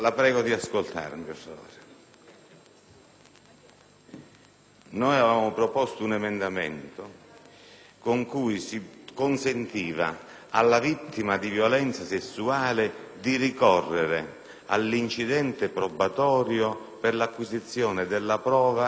avevamo proposto un emendamento con cui si consentiva alla vittima di violenza sessuale di ricorrere all'incidente probatorio per l'acquisizione della prova derivante dalle sue dichiarazioni.